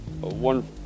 One